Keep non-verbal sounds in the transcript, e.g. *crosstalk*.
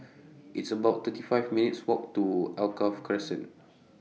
It's about thirty five minutes' Walk to Alkaff Crescent *noise*